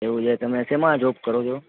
એવું છે તમે શેમાં જોબ કરો છો